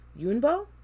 Yunbo